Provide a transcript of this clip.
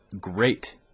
great